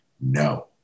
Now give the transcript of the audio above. no